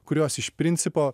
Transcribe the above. kurios iš principo